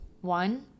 one